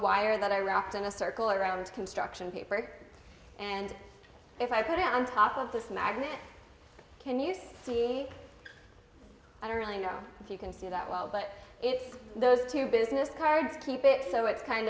wire that i wrapped in a circle around construction paper and if i put on top of this magnet can you see i don't really know if you can see that well but it's those two business cards keep it so it's kind